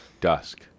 dusk